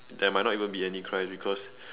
there might not be any crime because